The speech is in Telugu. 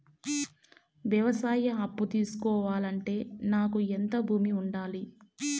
వ్యవసాయ అప్పు తీసుకోవాలంటే నాకు ఎంత భూమి ఉండాలి?